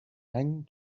any